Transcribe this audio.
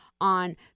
on